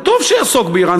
וטוב שיעסוק באיראן,